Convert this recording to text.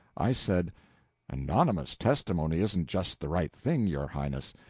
i said anonymous testimony isn't just the right thing, your highness.